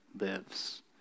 lives